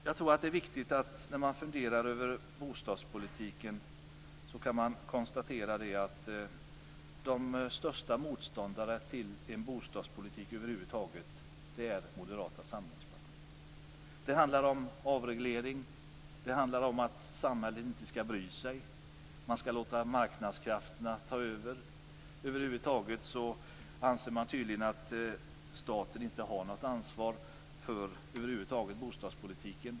Jag tror att det när man funderar över bostadspolitiken är viktigt att konstatera att de största motståndarna till en bostadspolitik över huvud taget är Moderata samlingspartiet. Det handlar ju om avreglering, om att samhället inte skall bry sig och om att låta marknadskrafterna ta över. Man anser tydligen att staten inte har något ansvar för bostadspolitiken över huvud taget.